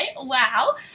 Wow